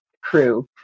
crew